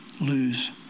lose